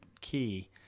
key